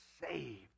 saved